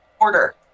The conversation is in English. order